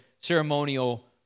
ceremonial